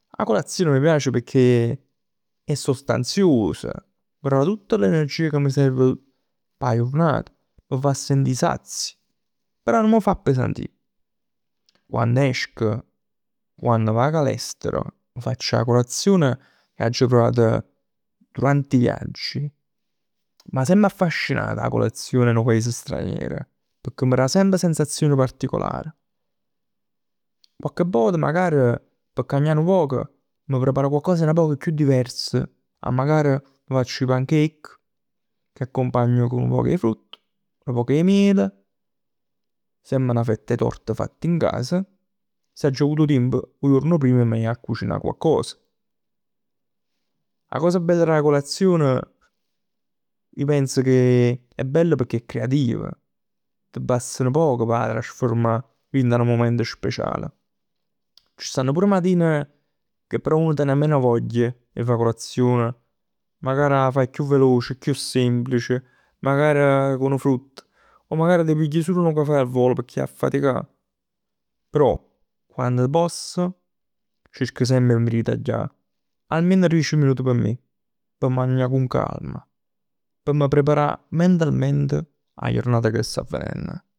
'A colazione m' piac pecchè è sostaziosa. M' dà tutt l'energie ca m' serven p' p' 'a jurnat, p' m' fa sentì sazio. Però nun m' fa appesantì. Quann esco, quann vag all'estero, m' facc 'a colazion e aggio provat durant 'e viaggi. M' 'a semp affascinat 'a colazion 'e nu paese straniero pecchè m' dà semp 'a sensazion particolar. Cocche'vvot magar p' cagnà nu poc, m' prepar cocche'ccos 'e nu poc chiù divers. A magari m' facc 'e pancake che accumpagn cu nu poc 'e frutt, nu poc 'e miele. Semp 'na fett 'e torta fatt in casa. Si aggia avut tiemp 'o juorn prim 'e m' cucinà cocche'ccos. 'A cosa bella d' 'a colazione, ij pens che è bell pecchè è creativa. T'abbast nu poc p' 'a trasforma dint 'a nu mument special. Ci stann pur matine che uno ten meno voglia 'e fa na colazion. Magari 'a fai chiù veloc, chiù semplice. Magari cu nu frutt. O magari t' pigli sul nu cafè al volo pecchè 'a ji a faticà. Però quann poss, cerco semp 'e m' ritaglià almeno dieci minuti p' me, p' magnà con calma. P' m' preparà mentalment 'a jurnat che sta venenn.